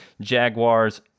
Jaguars